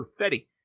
Perfetti